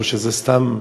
או שזה סתם,